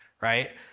right